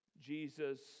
Jesus